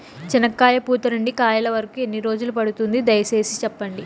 చెనక్కాయ పూత నుండి కాయల వరకు ఎన్ని రోజులు పడుతుంది? దయ సేసి చెప్పండి?